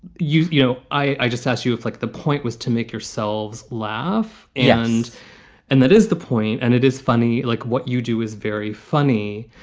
you know, i just ask you if, like, the point was to make yourselves laugh and and that is the point. and it is funny, like what you do is very funny.